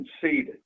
conceded